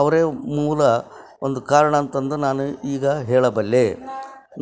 ಅವರೇ ಮೂಲ ಒಂದು ಕಾರಣ ಅಂತ ಅಂದು ನಾನು ಈಗ ಹೇಳಬಲ್ಲೆ